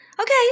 Okay